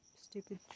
stupid